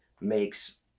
makes